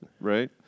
Right